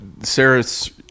Sarah's